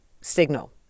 signal